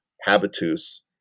habitus